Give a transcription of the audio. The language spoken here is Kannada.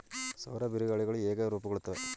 ಸೌರ ಬಿರುಗಾಳಿಗಳು ಹೇಗೆ ರೂಪುಗೊಳ್ಳುತ್ತವೆ?